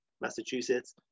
Massachusetts